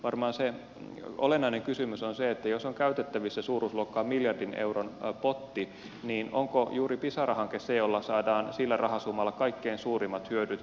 varmaan se olennainen kysymys on se että jos on käytettävissä suuruusluokkaa miljardin euron potti niin onko juuri pisara hanke se jolla saadaan sillä rahasummalla kaikkein suurimmat hyödyt